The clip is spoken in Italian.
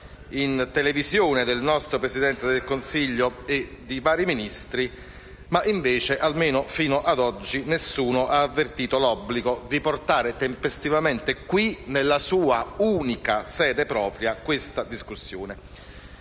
televisive del nostro Presidente del Consiglio e di vari Ministri, perché almeno fino ad oggi nessuno ha avvertito l'obbligo di portare tempestivamente qui, nell'unica sede propria, questa discussione.